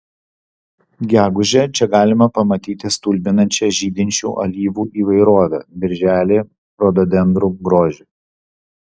gegužę čia galima pamatyti stulbinančią žydinčių alyvų įvairovę birželį rododendrų grožį